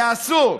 זה אסור.